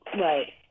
right